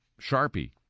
Sharpie